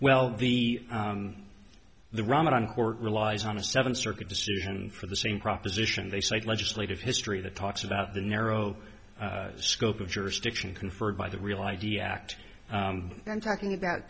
well the the ramadan court relies on a seven circuit decision for the same proposition they cite legislative history that talks about the narrow scope of jurisdiction conferred by the real id act i'm talking about